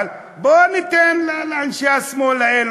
אבל בוא ניתן לאנשי השמאל האלה,